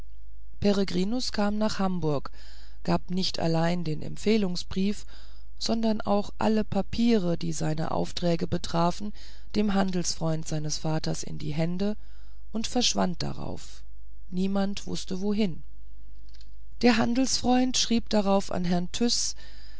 peregrinus kam nach hamburg gab nicht allein den empfehlungsbrief sondern auch alle papiere die seine aufträge betrafen dem handelsfreunde seines vaters in die hände und verschwand darauf niemand wußte wohin der handelsfreund schrieb darauf an herrn tyß